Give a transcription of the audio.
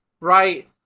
right